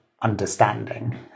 understanding